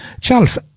Charles